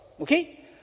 Okay